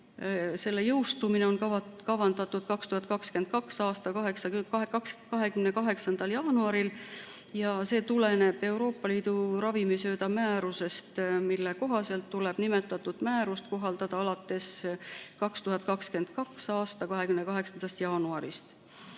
seaduse jõustumine on kavandatud 2022. aasta 28. jaanuaril ja see tuleneb Euroopa Liidu ravimisööda määrusest, mille kohaselt tuleb nimetatud määrust kohaldada alates 2022. aasta 28. jaanuarist.